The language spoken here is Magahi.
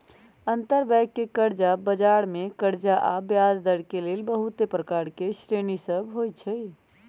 अंतरबैंक कर्जा बजार मे कर्जा आऽ ब्याजदर के लेल बहुते प्रकार के श्रेणि सभ होइ छइ